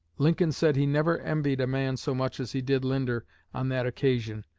lincoln said he never envied a man so much as he did linder on that occasion.